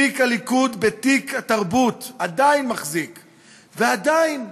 הליכוד החזיק בתיק התרבות, עדיין מחזיק, ועדיין: